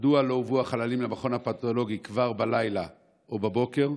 2. מדוע לא הובאו החללים למכון הפתולוגי כבר בלילה או בבוקר?